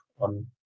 on